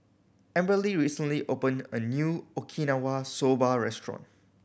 Amberly recently opened a new Okinawa Soba Restaurant